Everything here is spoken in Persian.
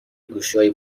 گوشیهای